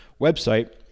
website